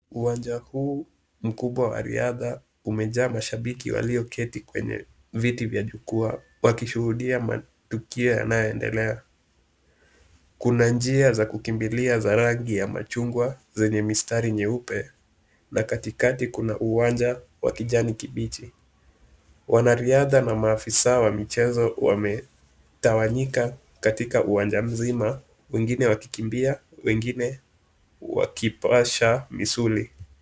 Uwanja huu mkubwa wa riadha umejaa mashabiki walioketi kwenye viti vya jukwaa wakishuhudia matukio yanayoendelea. Kuna njia za kukimbilia zenye rangi ya machungwa zenye mistari nyeupe na katikati kuna uwanja wa kijani kibichi. Wanariadha na maafisa wa michezo wametawanyika katika uwanja mzima wengine wakikimbia, wengine wakipasha misuli.